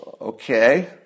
Okay